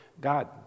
God